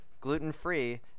gluten-free